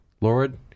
Lord